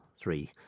three